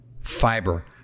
fiber